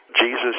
Jesus